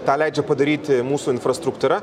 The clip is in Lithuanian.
tą leidžia padaryti mūsų infrastruktūra